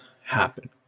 happen